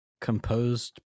composed